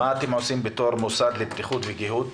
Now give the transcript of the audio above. מה אתם עושים בתור מוסד לבטיחות וגיהות?